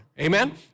Amen